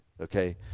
okay